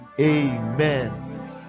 Amen